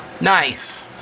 Nice